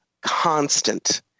constant